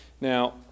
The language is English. Now